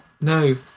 No